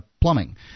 plumbing